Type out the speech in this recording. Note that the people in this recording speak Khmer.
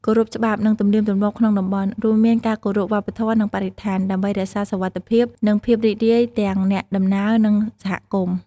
គោរពច្បាប់ និងទំនៀមទម្លាប់ក្នុងតំបន់ រួមមានការគោរពវប្បធម៌ និងបរិស្ថាន ដើម្បីរក្សាសុវត្ថិភាព និងភាពរីករាយទាំងអ្នកដំណើរ និងសហគមន៍។